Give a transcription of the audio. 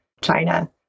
China